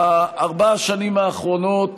ארבע השנים האחרונות